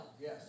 Yes